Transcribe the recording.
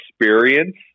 experience